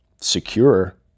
secure